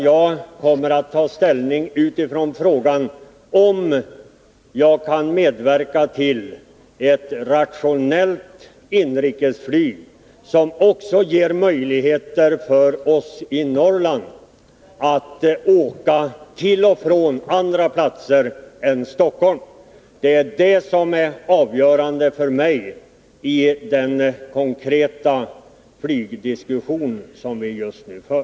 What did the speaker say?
Jag kommer att ta ställning utifrån om jag kan medverka till ett rationellt inrikesflyg som också ger möjligheter för oss i Norrland att åka till och från andra platser än Stockholm. Detta är det avgörande för mig i den konkreta flygdiskussion som vi just nu för.